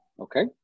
Okay